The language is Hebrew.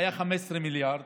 היו 15 מיליארד